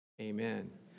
Amen